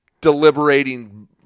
deliberating